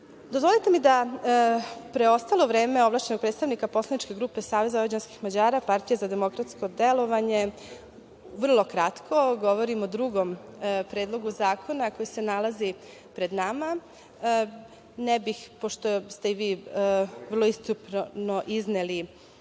postupka. Dozvolite mi da preostalo vreme ovlašćenog predstavnika poslanike grupe Saveza vojvođanskih Mađara-Partija za demokratsko delovanje, vrlo kratko, govorim o drugom Predlogu zakona koji se nalazi pred nama. Ne bih pošto ste i vi izneli